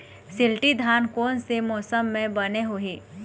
शिल्टी धान कोन से मौसम मे बने होही?